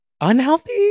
unhealthy